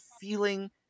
feeling